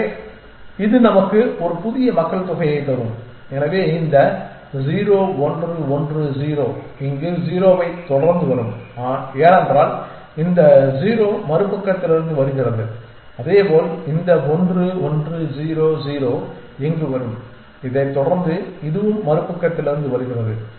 எனவே இது நமக்கு ஒரு புதிய மக்கள்தொகையைத் தரும் எனவே இந்த 0 1 1 0 இங்கு 0 ஐத் தொடர்ந்து வரும் ஏனென்றால் இந்த 0 மறுபக்கத்திலிருந்து வருகிறது அதேபோல் இந்த 1 1 0 0 இங்கு வரும் இதைத் தொடர்ந்து இதுவும் மறுபக்கத்திலிருந்து வருகிறது